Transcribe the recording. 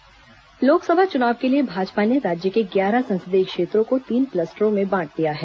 भाजपा बैठक लोकसभा चुनाव के लिए भाजपा ने राज्य के ग्यारह संसदीय क्षेत्रों को तीन कलस्टरों में बांट दिया है